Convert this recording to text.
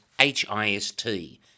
H-I-S-T